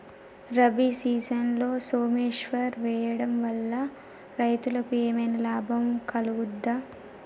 రబీ సీజన్లో సోమేశ్వర్ వేయడం వల్ల రైతులకు ఏమైనా లాభం కలుగుద్ద?